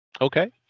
Okay